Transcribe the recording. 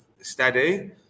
steady